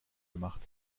gemacht